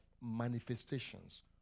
manifestations